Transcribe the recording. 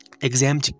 Exam